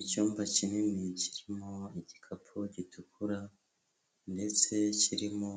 Icyumba kinini kirimo igikapu gitukura ndetse kirimo